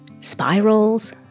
spirals